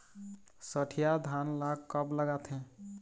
सठिया धान ला कब लगाथें?